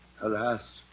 Alas